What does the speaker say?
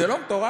זה לא מטורף?